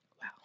Wow